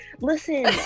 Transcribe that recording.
listen